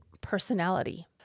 personality